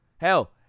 Hell